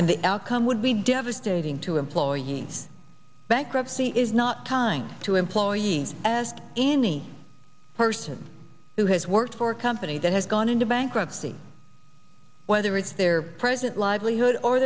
and the outcome would be devastating to employ us bankruptcy is not timed to employees as any person who has worked for a company that has gone into bankruptcy whether it's their present livelihood or